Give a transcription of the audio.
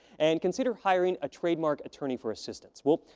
and consider hiring a trademark attorney for assistance. we'll,